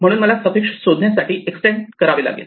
म्हणून मला सफिक्स शोधण्यासाठी एक्सटेंड करावे लागेल